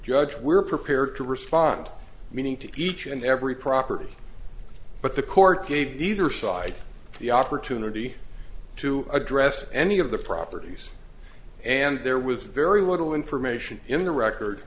judge we're prepared to respond meaning to each and every property but the court gave either side the opportunity to address any of the properties and there was very little information in the record